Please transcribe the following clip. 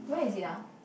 where is it ah